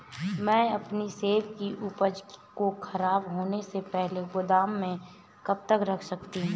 मैं अपनी सेब की उपज को ख़राब होने से पहले गोदाम में कब तक रख सकती हूँ?